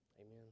Amen